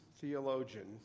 theologian